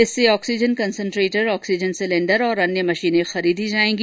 इससे oxygen concentrator oxygen cylinder और अन्य मशीन खरीदी जायेंगी